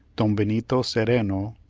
don benito cereno,